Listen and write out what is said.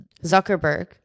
Zuckerberg